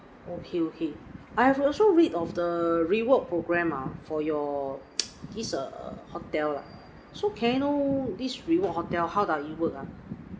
okay okay I've also read of the reward program ah for your this hotel lah so can I know this reward hotel how does it work ah